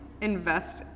invest